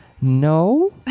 No